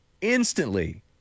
instantly